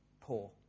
poor